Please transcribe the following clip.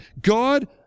God